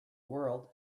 world